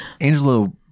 Angelo